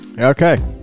Okay